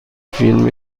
فیلم